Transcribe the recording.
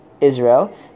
Israel